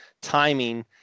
Timing